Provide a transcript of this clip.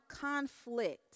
conflict